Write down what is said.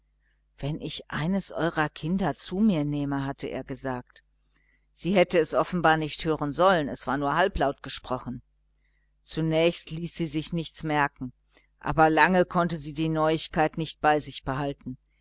wenn ich eines eurer kinder zu mir nehme hatte er gesagt sie hätte es offenbar nicht hören sollen es war nur halblaut gesprochen zunächst ließ sie sich nichts anmerken aber lange konnte sie diese neuigkeit nicht bei sich behalten